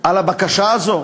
על הבקשה הזאת.